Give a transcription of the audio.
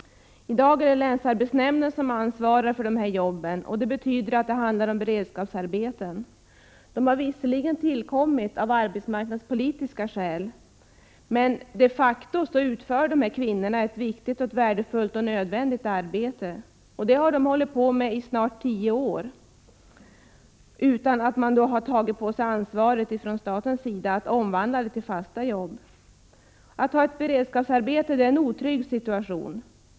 I dag är det länsarbetsnämnden som ansvarar för de här jobben, vilket betyder att det handlar om beredskapsarbeten. Arbetena har visserligen tillkommit av arbetsmarknadspolitiska skäl. Men de facto utför dessa kvinnor ett viktigt, värdefullt och nödvändigt arbete, och det har de hållit på med i snart tio år, utan att staten har tagit ansvar för att omvandla arbetena till fasta arbeten. Att ha ett beredskapsarbete är en otrygg situation.